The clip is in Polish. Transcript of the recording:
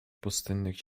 pustynnych